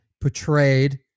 portrayed